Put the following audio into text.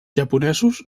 japonesos